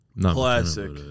Classic